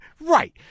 right